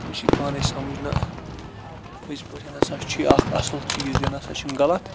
تمس یی پانے سمج نَہ پٔزۍ پٲٹھۍ ہَسا چھُ یہِ اکھ اصل چیٖز یہِ نَسا چھُنہٕ غَلَط